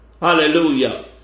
Hallelujah